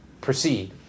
proceed